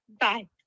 Bye